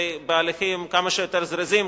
בהליכים כמה שיותר זריזים,